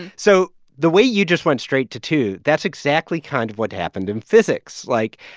so the way you just went straight to two that's exactly kind of what happened in physics. like,